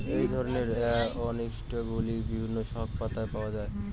এই ধরনের অ্যান্টিঅক্সিড্যান্টগুলি বিভিন্ন শাকপাতায় পাওয়া য়ায়